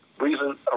reason